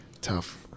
Tough